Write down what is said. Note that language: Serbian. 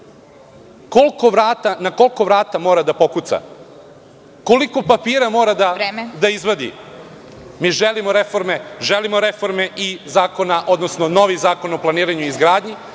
Na koliko vrata mora da pokuca? Koliko papira mora da izvadi? Mi želimo reforme, želimo i novi Zakon o planiranju i izgradnji